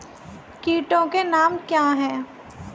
कीटों के नाम क्या हैं?